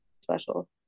special